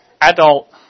adult